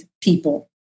people